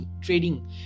trading